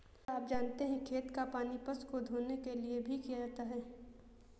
क्या आप जानते है खेत का पानी पशु को धोने के लिए भी किया जाता है?